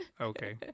Okay